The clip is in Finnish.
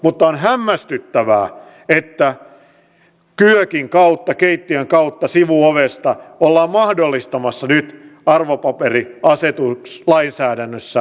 mutta on hämmästyttävää että kyökin kautta keittiön kautta sivuovesta ollaan mahdollistamassa nyt arvopaperikeskusasetuslainsäädännössä hallintarekisteröinti